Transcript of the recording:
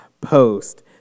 post